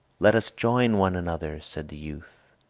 let us join one another, said the youth.